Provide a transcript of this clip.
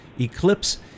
Eclipse